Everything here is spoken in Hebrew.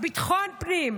ביטחון פנים,